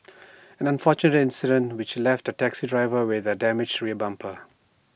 an unfortunate incident which left A taxi driver with A damaged rear bumper